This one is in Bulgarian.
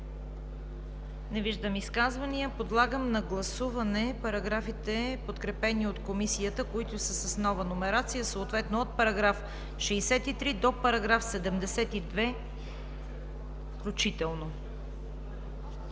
Не виждам. Подлагам на гласуване параграфите, подкрепени от комисията, които са с нова номерация, съответно от § 63 до § 73 включително.